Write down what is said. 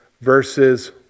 verses